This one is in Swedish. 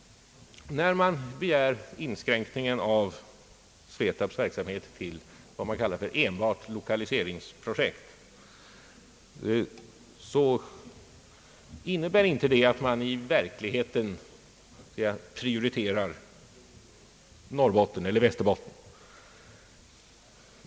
När man begär inskränkning av SVETAB:s verksamhet till vad man kallar för enbart lokaliseringsprojekt innebär det inte att man i verkligheten prioriterar Norrbotten eller Västerbotten.